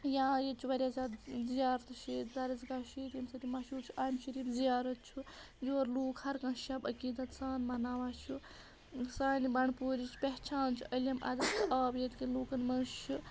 یا ییٚتہِ چھُ واریاہ زیادٕ زِیارتہٕ چھِ ییٚتہِ درسگاہ چھُ ییٚتہِ ییٚمہِ سۭتۍ یہِ مشہوٗر چھِ آمہِ شریٖف زِیارت چھُ یور لوٗکھ ہر کانٛہہ شَب عقیٖدَت سان مَناوان چھُ سانہِ بَنٛڈپوٗرِچ پہچان چھِ علم اَدب تہٕ آب ییٚتہِ کٮ۪ن لوٗکَن منٛز چھِ